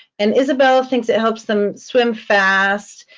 and isabelle thinks, it helps them swim fast.